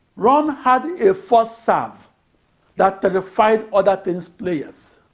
ron had a first serve that terrified other tennis players.